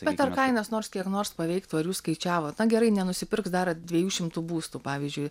bet ar kainas nors kiek nors paveiktų ar jūs skaičiavot na gerai nenusipirks dar dviejų šimtų būstų pavyzdžiui